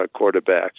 quarterbacks